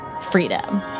freedom